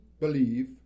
believe